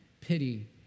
pity